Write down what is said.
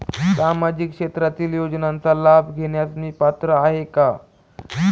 सामाजिक क्षेत्रातील योजनांचा लाभ घेण्यास मी पात्र आहे का?